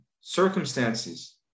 circumstances